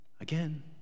Again